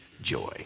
joy